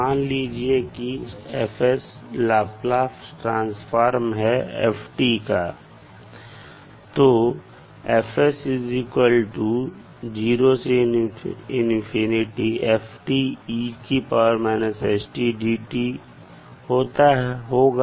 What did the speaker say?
मान लीजिए कि F लाप्लास ट्रांसफार्म हैं f का तो होगा